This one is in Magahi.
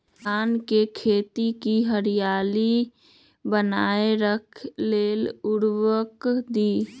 धान के खेती की हरियाली बनाय रख लेल उवर्रक दी?